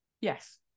Yes